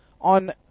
on